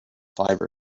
fibre